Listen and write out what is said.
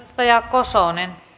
arvoisa